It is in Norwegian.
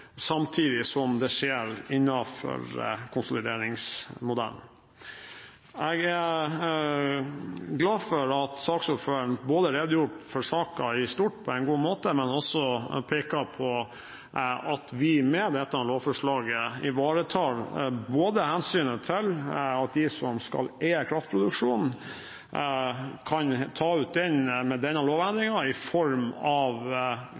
samtidig som det skjer innenfor konsolideringsmodellen. Jeg er glad for at saksordføreren redegjorde for saken i stort på en god måte og også pekte på at vi med dette lovforslaget ivaretar hensynet til at de som er i kraftproduksjon, kan ta ut den i form av